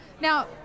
now